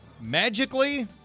Magically